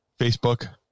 Facebook